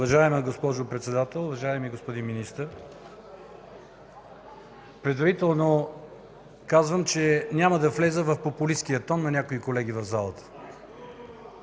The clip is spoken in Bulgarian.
Уважаема госпожо Председател, уважаеми господин Министър! Предварително казвам, че няма да вляза в популисткия тон на някои колеги в залата.